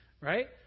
right